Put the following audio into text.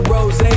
Rose